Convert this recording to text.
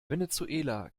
venezuela